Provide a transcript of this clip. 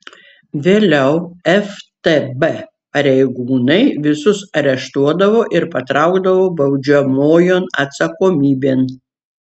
vėliau ftb pareigūnai visus areštuodavo ir patraukdavo baudžiamojon atsakomybėn